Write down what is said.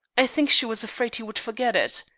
i think she was afraid he would forget it.